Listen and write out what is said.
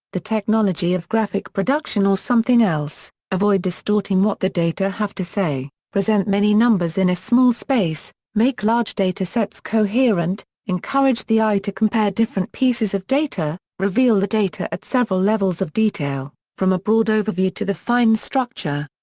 the technology of graphic production or something else avoid distorting what the data have to say present many numbers in a small space make large data sets coherent encourage the eye to compare different pieces of data reveal the data at several levels of detail, from a broad overview to the fine structure.